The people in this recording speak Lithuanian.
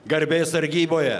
garbės sargyboje